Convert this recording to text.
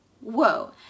Whoa